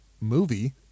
movie